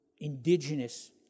indigenous